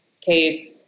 case